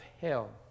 hell